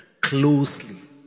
closely